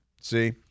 See